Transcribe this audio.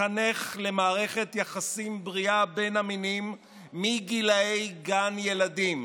לחנך למערכת יחסים בריאה בין המינים מגיל גן ילדים,